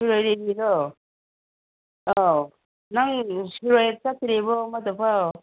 ꯁꯤꯔꯣꯏ ꯂꯤꯂꯤꯔꯣ ꯑꯥꯎ ꯅꯪ ꯁꯤꯔꯣꯏ ꯆꯠꯇ꯭ꯔꯤꯕꯣ ꯑꯃꯨꯛꯇꯐꯥꯎ